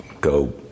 go